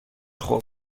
خوب